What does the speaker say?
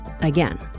again